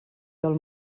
del